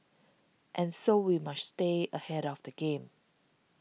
and so we must stay ahead of the game